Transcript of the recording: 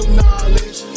knowledge